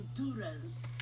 endurance